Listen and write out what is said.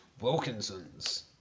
Wilkinson's